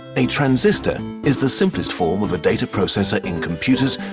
a transistor is the simplest form of a data processor in computers,